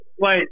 wait